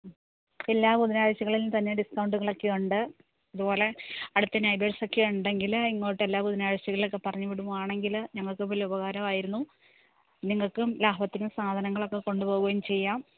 ഉം എല്ലാ ബുധാനാഴ്ചകളിലും തന്നെ ഡിസ്ക്കൗണ്ട്കളെക്കെ ഉണ്ട് അതുപോലെ അടുത്ത് നൈബേസെക്കെ ഉണ്ടെങ്കിൽ ഇങ്ങോട്ടെല്ല ബുധനാഴ്ചകളിലൊക്കെ പറഞ്ഞ് വിടുക ആണെങ്കിൽ ഞങ്ങൾക്കും വലിയ ഉപകാരമായിരുന്നു നിങ്ങൾക്കും ലാഭത്തിനും സാധനങ്ങളൊക്കെ കൊണ്ടു പോവേം ചെയ്യാം